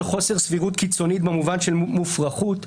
חוסר סבירות קיצונית במובן של מופרכוּת,